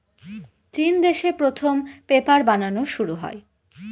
চিন দেশে প্রথম পেপার বানানো শুরু হয়